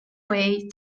way